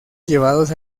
llevados